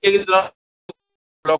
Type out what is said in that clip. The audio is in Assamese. এই